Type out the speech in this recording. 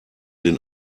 den